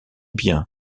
bien